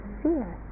fear